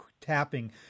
tapping